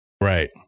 Right